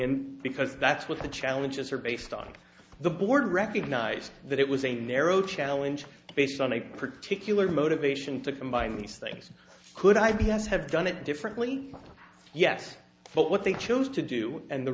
in because that's what the challenges are based on the board recognise that it was a narrow challenge based on a particular motivation to combine these things could i b s have done it differently yes but what they chose to do and the